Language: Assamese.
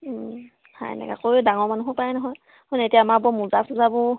হাই নেক আকৌ এই ডাঙৰ মানুহৰো পায় নহয় হয়নে এতিয়া আমাৰ বাৰু মোজা চোজাবোৰ